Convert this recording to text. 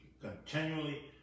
continually